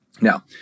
Now